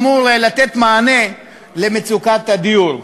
אמור לתת מענה למצוקת הדיור,